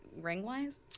ring-wise